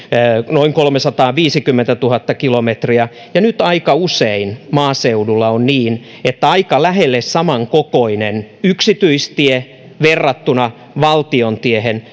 noin kolmesataaviisikymmentätuhatta kilometriä ja nyt aika usein maaseudulla on niin että aika lähelle samankokoinen yksityistie verrattuna valtion tiehen